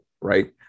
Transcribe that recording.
right